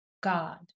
God